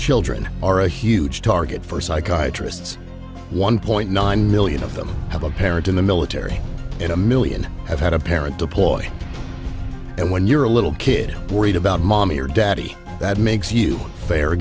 children are a huge target for psychiatrists one point nine million of them have a parent in the military in a million have had a parent deployed and when you're a little kid worried about mommy or daddy that makes you fair